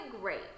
great